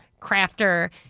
crafter